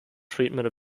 treatment